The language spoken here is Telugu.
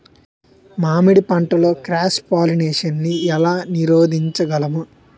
మామిడి పంటలో క్రాస్ పోలినేషన్ నీ ఏల నీరోధించగలము?